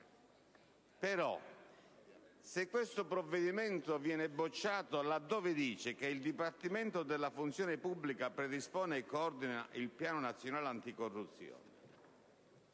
però se questo provvedimento viene respinto là dove dice che il Dipartimento della funzione pubblica predispone e coordina il Piano nazionale anticorruzione,